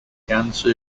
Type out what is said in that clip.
gansu